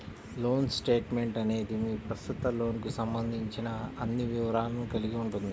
loan statement అనేది మీ ప్రస్తుత లోన్కు సంబంధించిన అన్ని వివరాలను కలిగి ఉంటుంది